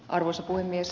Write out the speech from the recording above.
arvoisa puhemies